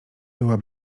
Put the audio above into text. była